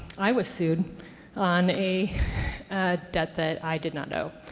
i was sued on a debt that i did not owe.